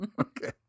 Okay